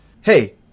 Hey